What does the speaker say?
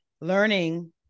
learning